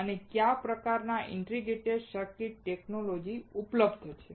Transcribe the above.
અને કયા પ્રકારની ઇન્ટિગ્રેટેડ સર્કિટ ટેકનોલોજી ઉપલબ્ધ છે